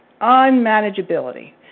unmanageability